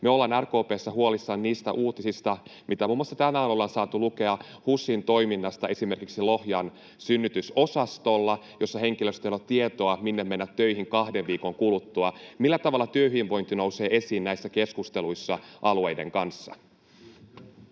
Me ollaan RKP:ssä huolissaan niistä uutisista, mitä muun muassa tänään ollaan saatu lukea HUSin toiminnasta esimerkiksi Lohjan synnytysosastolla, jossa henkilöstöllä ei ole tietoa, minne mennä töihin kahden viikon kuluttua. Millä tavalla työhyvinvointi nousee esiin näissä keskusteluissa alueiden kanssa?